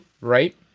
right